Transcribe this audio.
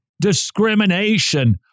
Discrimination